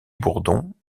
bourdon